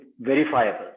verifiable